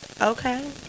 okay